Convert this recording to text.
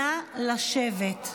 נא לשבת,